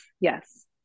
Yes